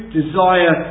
desire